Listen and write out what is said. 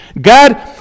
God